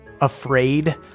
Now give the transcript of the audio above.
afraid